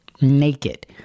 naked